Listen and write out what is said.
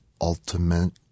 ultimate